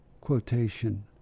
quotation